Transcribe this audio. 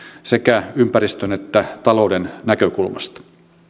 sekä ympäristön että talouden näkökulmasta